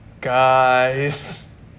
Guy's